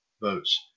votes